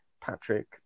Patrick